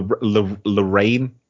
Lorraine